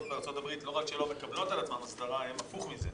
אבל ברור שלא מדובר פה על ישראל